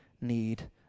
need